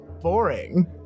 boring